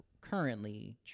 currently